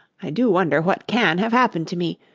i do wonder what can have happened to me!